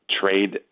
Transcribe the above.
trade